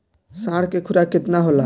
साढ़ के खुराक केतना होला?